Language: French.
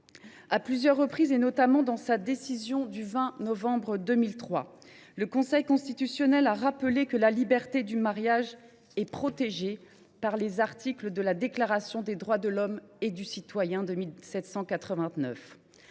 À plusieurs reprises, notamment dans sa décision du 20 novembre 2003, le Conseil constitutionnel a rappelé que la liberté du mariage était protégée par les articles 2 et 4 de la Déclaration des droits de l’homme et du citoyen de 1789.